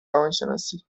روانشناسی